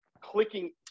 clicking